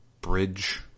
bridge